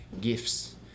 gifts